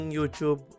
YouTube